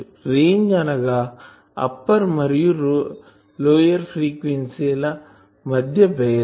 range అనగా upper మరియు lower ఫ్రీక్వెన్సీల బేధం